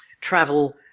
travel